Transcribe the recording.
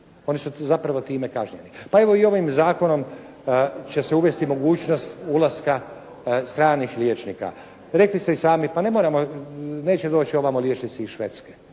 Oni su zapravo time kažnjeni. Pa evo i ovim zakonom će se uvesti mogućnost ulaska stranih liječnika. Pa rekli ste i sami, pa ne moramo, neće doći ovamo liječnici iz Švedske.